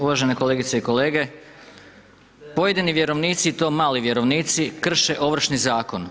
Uvažene kolegice i kolege, pojedini vjerovnici i to mali vjerovnici krše Ovršni zakon.